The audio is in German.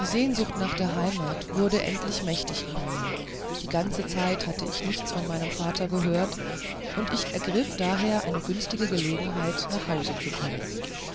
die sehnsucht nach der heimat wurde endlich mächtig in mir in der ganzen zeit hatte ich nichts von meinem vater gehört und ich ergriff daher eine günstige gelegenheit nach hause zu kommen